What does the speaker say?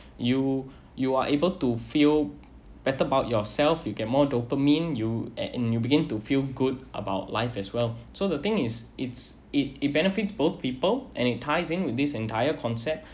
you you are able to feel better about yourself you can more dopamine you and you begin to feel good about life as well so the thing is is it it benefits both people and enticing with this entire concept